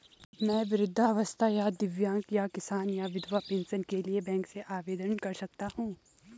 मैं वृद्धावस्था या दिव्यांग या किसान या विधवा पेंशन के लिए बैंक से आवेदन कर सकता हूँ?